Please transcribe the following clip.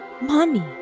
mommy